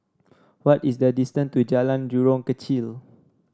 what is the distance to Jalan Jurong Kechil